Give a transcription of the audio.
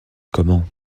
comment